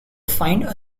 find